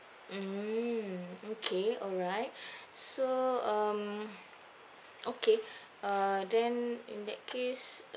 mmhmm okay all right so um okay err then in that case